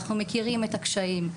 אנחנו מכירים את הקשיים,